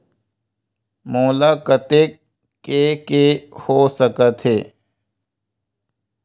मोला कतेक के के हो सकत हे?